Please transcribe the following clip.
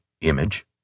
image